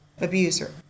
abuser